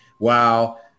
Wow